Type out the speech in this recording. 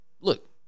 look